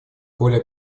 более